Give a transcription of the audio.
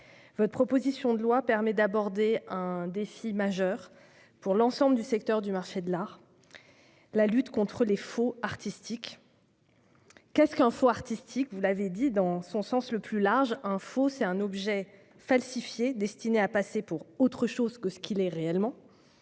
Cette proposition de loi permet d'aborder un défi majeur pour l'ensemble du secteur du marché de l'art : la lutte contre les faux artistiques. Qu'est-ce qu'un faux artistique ? Vous l'avez dit, au sens large, il s'agit d'un objet destiné à passer pour autre chose que ce qu'il est réellement.